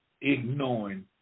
ignoring